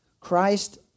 Christ